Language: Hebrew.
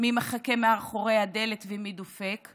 מי מחכה מאחורי הדלת ומי דופק.